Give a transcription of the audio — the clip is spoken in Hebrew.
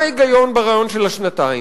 מה ההיגיון ברעיון של השנתיים?